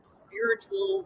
spiritual